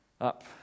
up